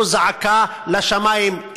זאת זעקה לשמים.